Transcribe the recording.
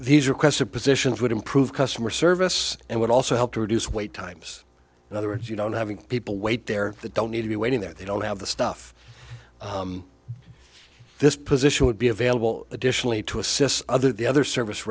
these requests of positions would improve customer service and would also help to reduce wait times in other words you don't having people wait there that don't need to be waiting that they don't have the stuff this position would be available additionally to assist other the other service